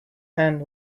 and